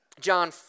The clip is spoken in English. John